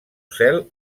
cel